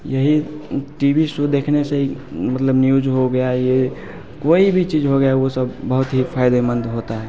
यही T V show देखने से ही मतलब न्यूज हो गया ये कोई भी चीज़ हो गया वो सब बहुत ही फ़ायदेमंद होता है